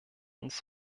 uns